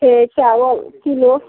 छै चावल किलो